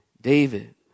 David